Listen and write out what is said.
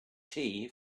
tea